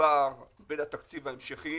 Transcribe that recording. פער בין התקציב ההמשכי